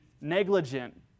negligent